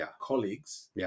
colleagues